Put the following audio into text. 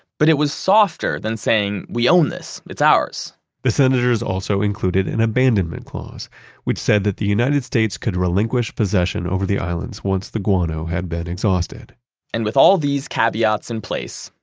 but it was softer than saying we own this, it's ours' the senators also included an abandonment clause which said that the united states could relinquish possession over the islands once the guano had been exhausted and with all these caveats in place,